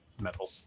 metal